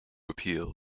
appeal